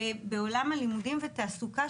ובעולם הלימודים והתעסוקה,